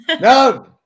No